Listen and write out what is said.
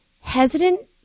hesitant